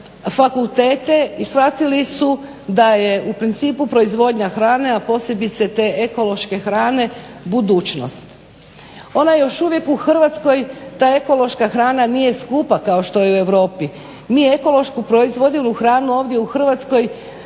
fakultete i shvatili su da je u principu proizvodnja hrane, a posebice te ekološke hrane budućnost. Ona još uvijek u Hrvatskoj, ta ekološka hrana nije skupa kao što je u Europi. Mi ekološku proizvodivu hranu ovdje u Hrvatskoj